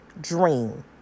dream